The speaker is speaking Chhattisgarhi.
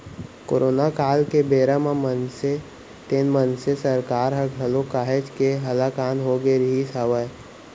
करोना काल के बेरा म मनसे तेन मनसे सरकार ह घलौ काहेच के हलाकान होगे रिहिस हवय